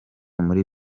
muri